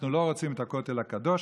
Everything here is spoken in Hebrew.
אנחנו לא רוצים את הכותל הקדוש,